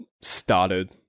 started